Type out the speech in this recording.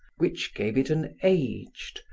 which gave it an aged,